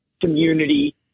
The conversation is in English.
community